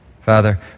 Father